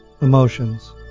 emotions